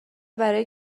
برای